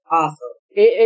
awesome